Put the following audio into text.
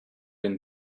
than